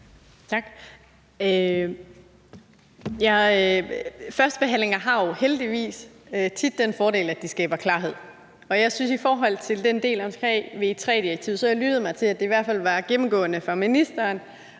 Tak. Førstebehandlinger har jo heldigvis tit den forskel, at de skaber klarhed. Og jeg synes, at i forhold til den del om VEIII-direktivet har jeg lyttet mig til, at det i hvert fald var gennemgående for ministeren